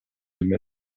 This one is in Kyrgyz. эмес